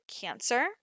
cancer